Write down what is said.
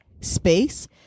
space